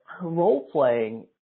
role-playing